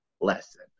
lesson